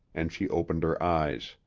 and she opened her eyes.